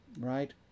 Right